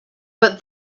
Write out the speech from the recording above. but